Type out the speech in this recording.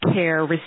care